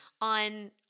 on